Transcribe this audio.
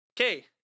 Okay